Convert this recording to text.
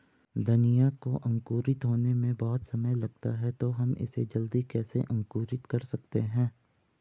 धनिया को अंकुरित होने में बहुत समय लगता है तो हम इसे जल्दी कैसे अंकुरित कर सकते हैं?